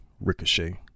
Ricochet